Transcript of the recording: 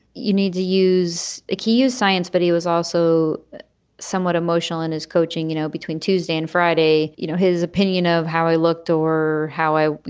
you need to use a key use science. but he was also somewhat emotional in his coaching, you know, between tuesday and friday. you know, his opinion of how he looked or how i you